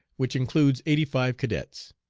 which includes eighty-five cadets.